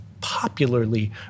popularly